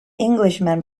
englishman